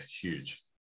huge